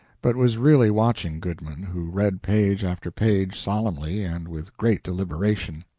but was really watching goodman, who read page after page solemnly and with great deliberation.